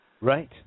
Right